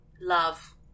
Love